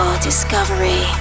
Discovery